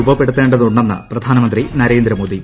രൂപപ്പെടുത്തേണ്ടതുണ്ടെന്ന് പ്രധാനമന്ത്രി നരേന്ദ്രമോദി